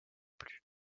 plus